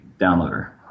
downloader